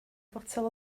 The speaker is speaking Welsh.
fotel